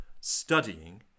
studying